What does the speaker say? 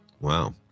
Wow